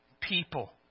people